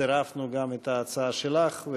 צירפנו גם את ההצעה שלך,